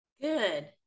Good